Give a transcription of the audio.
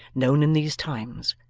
known in these times,